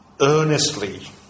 earnestly